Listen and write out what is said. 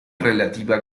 relativa